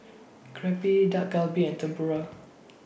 Crepe Dak Galbi and Tempura